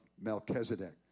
Melchizedek